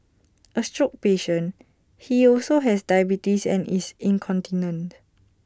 A stroke patient he also has diabetes and is incontinent